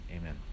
amen